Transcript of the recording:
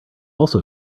also